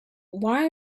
why